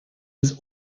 was